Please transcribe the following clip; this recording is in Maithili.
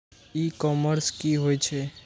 ई कॉमर्स की होए छै?